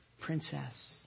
princess